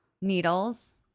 Needles